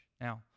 Now